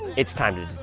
it's time to